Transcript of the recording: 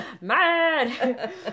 Mad